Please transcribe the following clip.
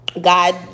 God